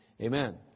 amen